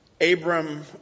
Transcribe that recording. Abram